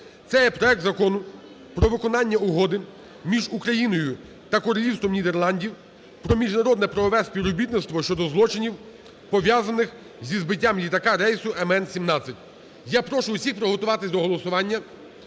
Це є проект Закону про виконання Угоди між Україною та Королівством Нідерландів про міжнародне правове співробітництво щодо злочинів, пов'язаних зі збиттям літака рейсу МН17. Я прошу всіх приготуватись до голосування,